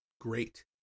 great